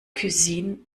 cuisine